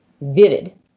vivid